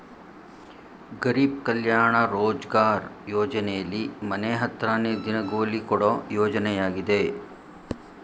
ಗರೀಬ್ ಕಲ್ಯಾಣ ರೋಜ್ಗಾರ್ ಯೋಜನೆಲಿ ಮನೆ ಹತ್ರನೇ ದಿನಗೂಲಿ ಕೊಡೋ ಯೋಜನೆಯಾಗಿದೆ